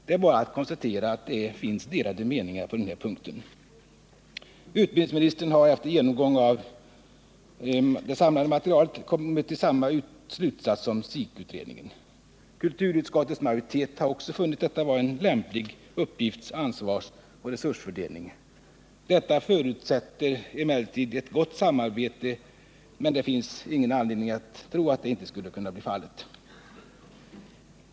Det är bara att konstatera att det finns delade meningar på den punkten. Utbildningsministern har efter genomgång av det samlade materialet kommit till samma slutsats som SIK-utredningen. Kulturutskottets majoritet har också funnit detta vara en lämplig uppgifts-, ansvarsoch resursfördelning. Detta förutsätter emellertid ett gott samarbete, men det finns ingen anledning att tro att detta inte skulle kunna åstadkommas.